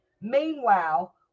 Meanwhile